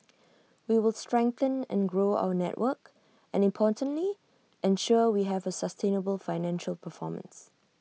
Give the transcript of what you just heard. we will strengthen and grow our network and importantly ensure we have A sustainable financial performance